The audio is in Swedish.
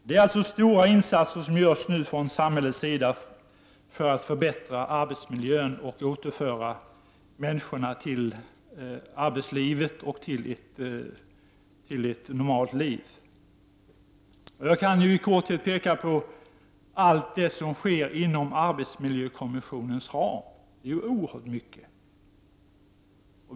Det är alltså stora insatser som görs just nu från samhällets sida för att förbättra arbetsmiljön och återföra människorna till arbetslivet och till ett normalt liv. Jag kan i korthet peka på allt det som sker inom arbetsmiljökommissionens ram. Det är oerhört mycket.